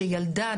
שילדה,